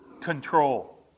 control